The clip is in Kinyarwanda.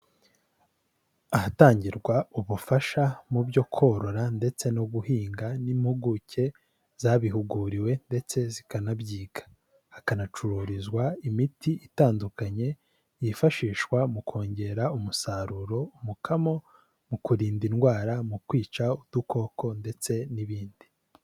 Ahatangirwa ubufasha mu byo korora ndetse no guhinga n'impuguke zabihuguriwe ndetse zikanabyiga. Hakanacururizwa imiti itandukanye yifashishwa mu kongera umusaruro, umukamo mu kurinda indwara, mu kwica udukoko ndetse n'ibindi.